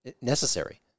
necessary